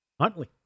Huntley